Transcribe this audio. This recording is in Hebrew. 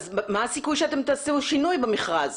אז מה הסיכוי שאתם תעשו שינוי במכרז